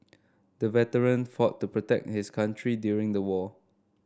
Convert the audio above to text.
the veteran fought to protect his country during the war